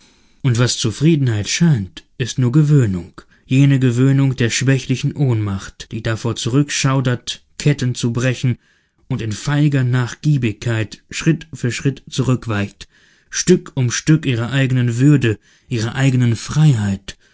und was zufriedenheit scheint ist nur gewöhnung jene gewöhnung der schwächlichen ohnmacht die davor zurückschaudert ketten zu brechen und in feiger nachgiebigkeit schritt für schritt zurückweicht stück um stück ihrer eigenen würde ihrer eigenen freiheit